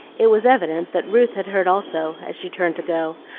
it was evident that ruth had heard also, as she turned to go,